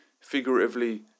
figuratively